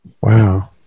Wow